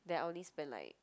then I'll only spend like